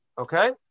Okay